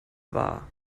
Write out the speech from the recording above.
war